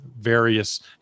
various